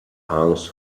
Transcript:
hans